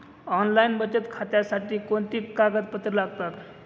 Online बचत खात्यासाठी कोणती कागदपत्रे लागतात?